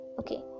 okay